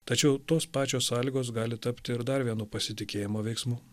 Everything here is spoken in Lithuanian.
tačiau tos pačios sąlygos gali tapti ir dar vienu pasitikėjimo veiksmu